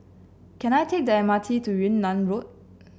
can I take the M R T to Yunnan Road